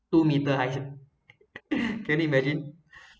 two meter high can you imagine